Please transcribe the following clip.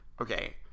Okay